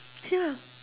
ya